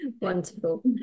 Wonderful